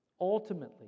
Ultimately